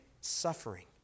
suffering